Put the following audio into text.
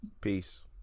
peace